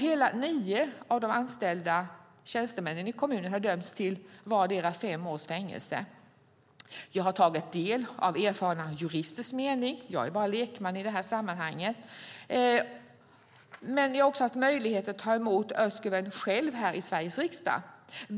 Hela nio av de anställda tjänstemännen i kommunen har dömts till vardera fem års fängelse. Jag har tagit del av erfarna juristers mening - jag är bara lekman i detta sammanhang. Men jag har också haft möjlighet att ta emot Özguven själv här i Sveriges riksdag.